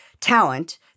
talent